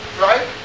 right